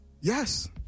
Yes